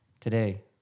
today